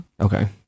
okay